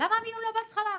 לא בהתחלה?